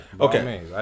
Okay